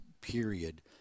period